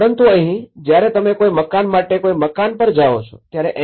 પરંતુ અહીં જ્યારે તમે કોઈ મકાન માટે કોઈ મકાન પર જાઓ છો ત્યારે એન